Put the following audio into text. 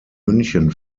münchen